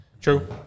True